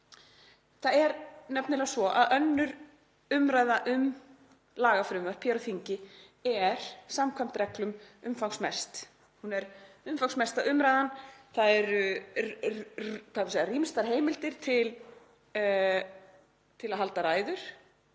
Það er nefnilega svo að 2. umr. um lagafrumvörp hér á þingi er samkvæmt reglum umfangsmest. Hún er umfangsmesta umræðan og það eru rýmstar heimildir til að halda ræður.